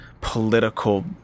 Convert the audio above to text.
political